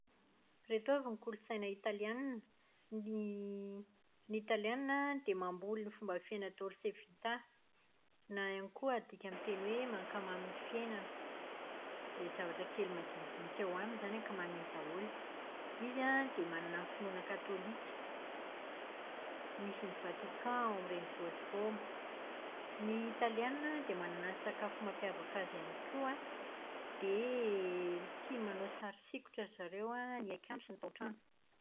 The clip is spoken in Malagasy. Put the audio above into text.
Ireto avy ny kolotsaina italiana. Ny ny italiana dia mamboly ny fomba fiaina "dolce vita" na ihany koa adika amin'ny teny hoe "mankamamy ny fiainana". Izay zavatra kely madinidinika ao aminy izany ankamamiany daholo. Izy an dia manana finoana katolika, misy ny Vatican ao amin'ny renivohitr'i Roma. Ny italiana dia manana ny sakafo mampiavaka azy ihany koa dia tia manao sary sikotra ry zareo an, ny akanjo sy ny tao-trano.